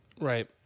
right